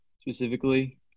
specifically